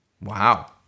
Wow